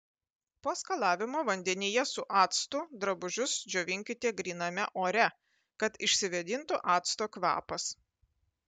po skalavimo vandenyje su actu drabužius džiovinkite gryname ore kad išsivėdintų acto kvapas